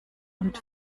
und